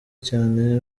cyane